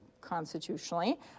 constitutionally